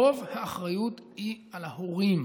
רוב האחריות היא על ההורים.